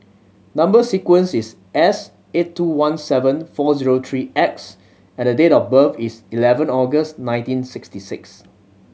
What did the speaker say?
number sequence is S eight two one seven four zero three X and the date of birth is eleven August nineteen sixty six